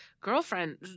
girlfriend